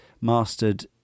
mastered